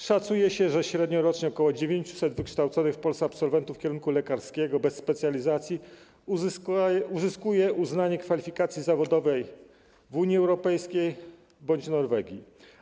Szacuje się, że średnio rocznie ok. 900 wykształconych w Polsce absolwentów kierunku lekarskiego bez specjalizacji uzyskuje uznanie kwalifikacji zawodowej w Unii Europejskiej bądź Norwegii.